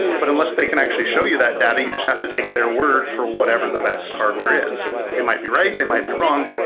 but unless they can actually show you that data, you just have to take their word for whatever the best hardware is. they might be right, they might be wrong.